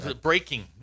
breaking